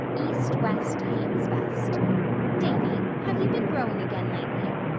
east, west, hame's best davy, have you been growing again lately?